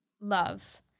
Love